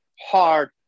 hard